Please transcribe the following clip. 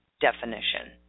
definition